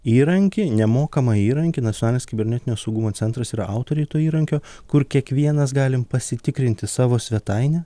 įrankį nemokamą įrankį nacionalinis kibernetinio saugumo centras yra autoriai to įrankio kur kiekvienas galim pasitikrinti savo svetainę